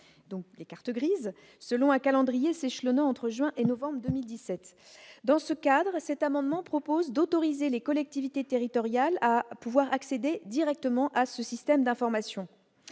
selon un calendrier s'échelonnant entre juin et novembre 2017. Dans ce cadre, cet amendement tend à autoriser les collectivités territoriales à accéder directement au système d'immatriculation